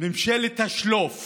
ממשלת השלוף